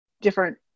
different